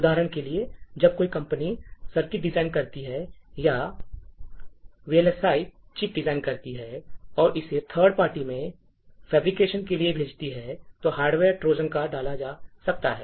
उदाहरण के लिए जब कोई कंपनी सर्किट डिजाइन करती है या वीएलएसआई चिप डिजाइन करती है और इसे थर्ड पार्टी में फैब्रिकेशन के लिए भेजती है तो हार्डवेयर ट्रोजन को डाला जा सकता है